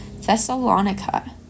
Thessalonica